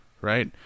right